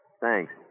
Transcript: Thanks